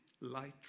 light